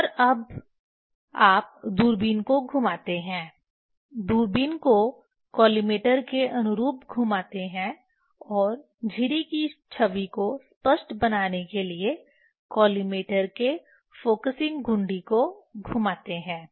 और अब आप दूरबीन को घुमाते हैं दूरबीन को कॉलिमेटर के अनुरूप घुमाते हैं और झिरी की छवि को स्पष्ट बनाने के लिए कॉलिमेटर के फ़ोकसिंग घुंडी को घुमाते हैं